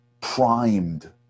primed